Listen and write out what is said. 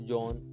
John